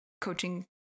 coaching